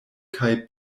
kaj